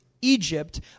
Egypt